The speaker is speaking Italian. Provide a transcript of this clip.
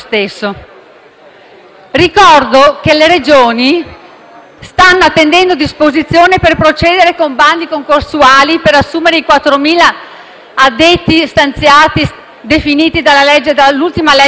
Ricordo che le Regioni stanno attendendo disposizioni per procedere con bandi concorsuali per assumere i 4.000 addetti definiti dall'ultima legge di bilancio,